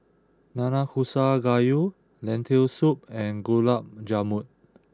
Nanakusa Gayu Lentil Soup and Gulab Jamun